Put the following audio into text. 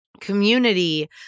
community